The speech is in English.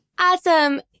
Awesome